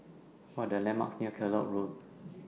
What Are The landmarks near Kellock Road